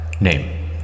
Name